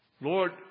Lord